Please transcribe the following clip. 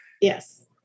Yes